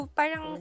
parang